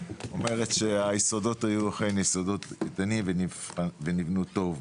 אומרת שהיסודות היו אכן יסודות איתנים ונבנו טוב.